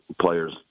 player's